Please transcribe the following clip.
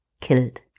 killed